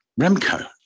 Remco